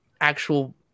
actual